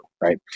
right